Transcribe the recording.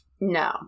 No